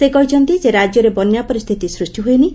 ସେ କହିଛନ୍ତି ଯେ ରାକ୍ୟରେ ବନ୍ୟା ପରିସ୍ତିତି ସୃଷ୍ ହୋଇନି